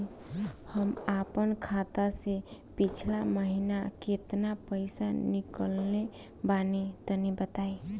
हम आपन खाता से पिछला महीना केतना पईसा निकलने बानि तनि बताईं?